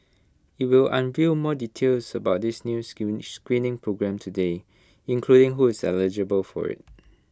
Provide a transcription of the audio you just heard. IT will unveil more details about this new screening programme today including who is eligible for IT